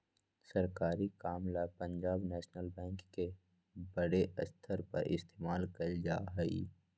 सरकारी काम ला पंजाब नैशनल बैंक के बडे स्तर पर इस्तेमाल कइल जा हई